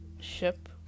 ship